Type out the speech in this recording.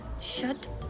Shut